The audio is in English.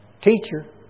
teacher